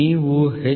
ನೀವು H